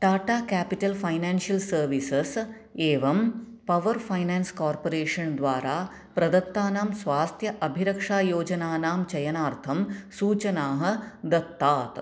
Tata capital financial services एवं power finance corporation द्वारा प्रदत्तानां स्वास्थ्य अभिरक्षायोजनानां चयनार्थं सूचनाः दत्तात्